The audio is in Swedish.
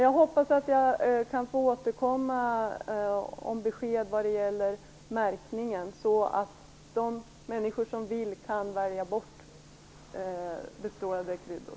Jag hoppas att jag kan få återkomma för besked om märkningen, så att de människor som vill kan välja bort bestrålade kryddor.